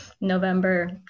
November